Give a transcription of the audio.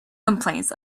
complaints